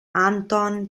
anton